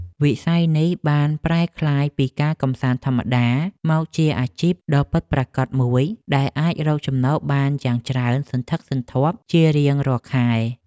វិស័យនេះបានប្រែក្លាយពីការកម្សាន្តធម្មតាមកជាអាជីពដ៏ពិតប្រាកដមួយដែលអាចរកចំណូលបានយ៉ាងច្រើនសន្ធឹកសន្ធាប់ជារៀងរាល់ខែ។